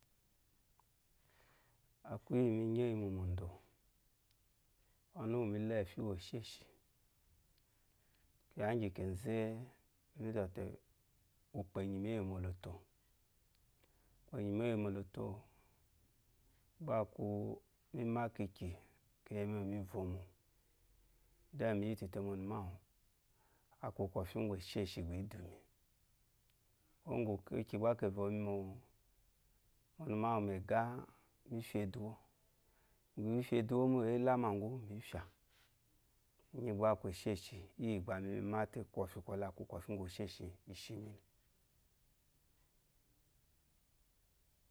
A kwu íyì mi nyì éyi mò mòndò, ɔnu úwù mí lá ɛ̀fyì úwù èshêsì, kyiya íŋgyì kènzé, mí zɔ̀ te, ùkpò è nyì mi éyi è mòlòtò. Ùkpò è nyì mi éyi è mòlòtò, gbá a kwu mi má kikyì ki ye mi è mivòmò. Then mi yítù te mɔnùmáwù a kwu kwɔ̀fyì úŋgwù èshêshì mìdù mi. Úŋgwù kikyì gbá ke vò mi mo, ɔ̀numáwù mɛ̀gá mǐ fyà eduwó. Mí fyà eduwó mô éyilámà ŋgwú mǐ fyà. Íŋgyì gbá a kwu èsyêshì, íyì gbà imi mí má te kwɔ̀fyì kwɔlɛ, a kwu kwɔ̀fyì úŋgwèshêshì i shi mi le.